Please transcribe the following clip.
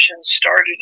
started